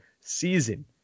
season